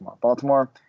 Baltimore